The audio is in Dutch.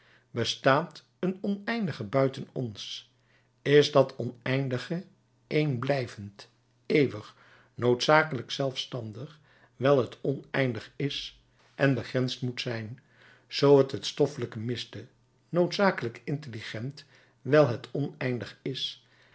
bestaat een oneindige buiten ons is dat oneindige één blijvend eeuwig noodzakelijk zelfstandig wijl het oneindig is en begrensd moest zijn zoo het het stoffelijke miste noodzakelijk intelligent wijl het oneindig is